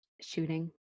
Shooting